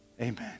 Amen